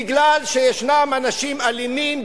מפני שיש אנשים אלימים,